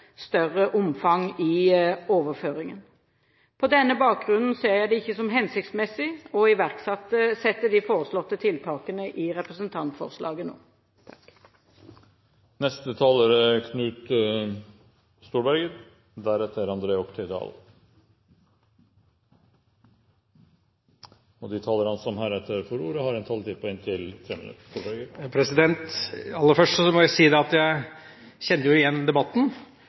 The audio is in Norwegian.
større omfang i overføringen. På denne bakgrunn ser jeg det ikke som hensiktsmessig å iverksette de foreslåtte tiltakene i representantforslaget nå. De talere som heretter får ordet, har en taletid på inntil 3 minutter. Aller først må jeg si at jeg kjenner igjen debatten.